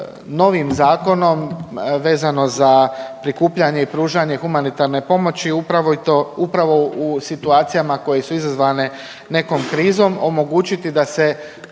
novim zakonom vezano za prikupljanje i pružanje humanitarne pomoći, upravo u situacijama koje su izazvane nekom krizom omogućiti da se